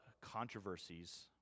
controversies